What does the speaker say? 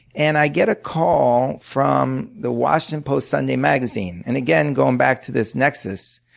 and i get a call from the washington post sunday magazine. and again, going back to this nexus,